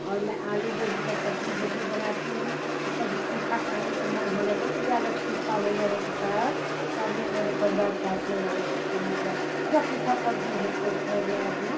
और मैं आलू गोभी की सब्ज़ी जब भी बनाती हूँ तो कभी तीखा खाने का मन हो जाता है तो ज़्यादा तीखा हो जाने के कारण सभी मेरे परिवार डाँटने लगेंगे कि मतलब इतनी तीखी कर दी हो तो फिर मैं अपना